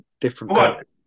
different